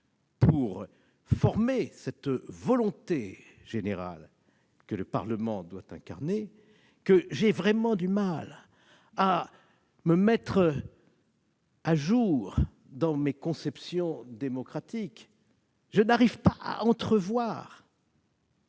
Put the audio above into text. pour former cette volonté générale que le Parlement doit incarner que j'ai vraiment du mal à mettre à jour mes conceptions démocratiques et que je n'arrive pas à entrevoir